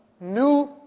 new